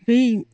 बै